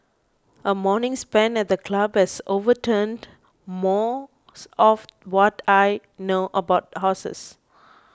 a morning spent at the club has overturned most of what I know about horses